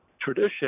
tradition